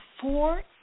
four